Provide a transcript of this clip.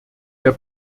der